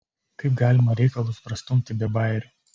kaip galima reikalus prastumti be bajerių